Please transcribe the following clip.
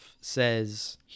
says